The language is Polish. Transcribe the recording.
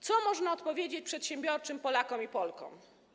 Co można odpowiedzieć przedsiębiorczym Polakom i Polkom?